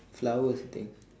flowers I think